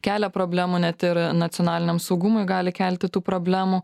kelia problemų net ir nacionaliniam saugumui gali kelti tų problemų